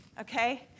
Okay